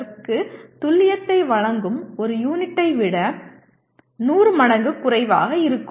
05 துல்லியத்தை வழங்கும் ஒரு யூனிட்டை விட 100 மடங்கு குறைவாக இருக்கும்